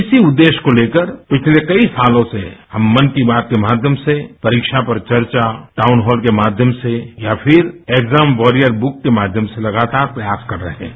इसी उद्देश्य को लेकर पिछले कई सालों से हम मन की बात के माध्यम से परीक्षा पर चर्चा टाउनहॉल के माध्यम से या फिर एग्जाम वॉरियर बुक के माध्यम से लगातार प्रयास कर रहे हैं